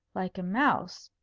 like a mouse,